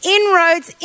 inroads